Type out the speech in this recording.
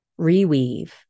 reweave